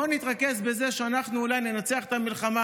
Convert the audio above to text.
בואו נתרכז בזה שאנחנו אולי ננצח את המלחמה